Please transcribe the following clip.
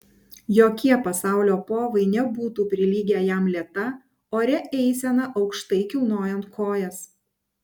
jokie pasaulio povai nebūtų prilygę jam lėta oria eisena aukštai kilnojant kojas